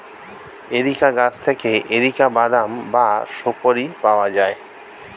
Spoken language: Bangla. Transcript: এরিকা গাছ থেকে এরিকা বাদাম বা সুপোরি পাওয়া যায়